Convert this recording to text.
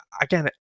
again